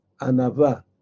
anava